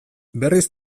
berriz